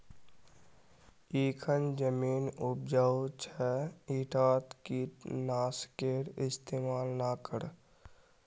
इखन जमीन उपजाऊ छ ईटात कीट नाशकेर इस्तमाल ना कर